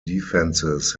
defences